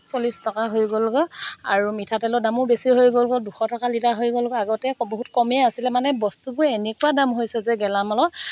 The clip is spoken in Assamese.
চল্লিছ টকা হৈ গ'লগৈ আৰু মিঠাতেলৰ দামো বেছি হৈ গ'লগৈ দুশ টকা লিটাৰ হৈ গ'লগৈ আগতে অক বহুত কমেই আছিলে মানে বস্তুবোৰ এনেকুৱা দাম হৈছে যে গেলামালৰ